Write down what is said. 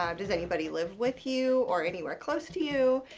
um does anybody live with you or anywhere close to you?